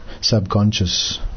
subconscious